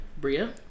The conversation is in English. Bria